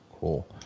Cool